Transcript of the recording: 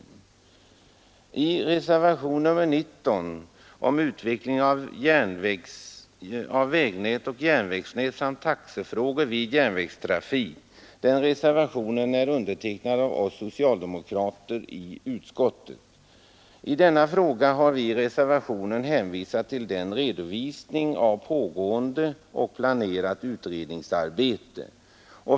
ten Reservationen nr 19 beträffande utveckling av vägnät och järnvägsnät samt taxefrågor vid järnvägstrafik är undertecknad av oss socialdemokrater i utskottet. I denna fråga har vi i reservationen hänvisat till redovisning av pågående och planerat utredningsarbete.